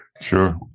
sure